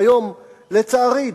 לצערי,